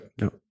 No